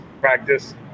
practice